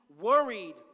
worried